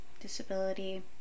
disability